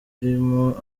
irimo